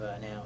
now